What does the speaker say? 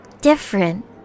different